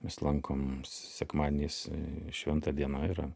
mes lankom sekmadieniais šventa diena yra